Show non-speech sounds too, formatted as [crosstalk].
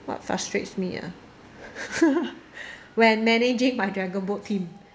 what frustrates me uh [laughs] when managing my dragonboat team